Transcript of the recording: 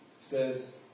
says